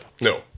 No